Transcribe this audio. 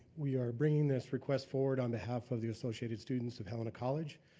we are bringing this request forward on behalf of the associated students of helena college.